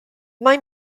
mae